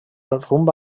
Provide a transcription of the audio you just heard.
rumb